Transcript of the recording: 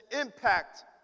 impact